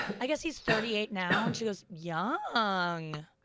i guess he's thirty eight now, and she goes, yeah ah young.